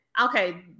Okay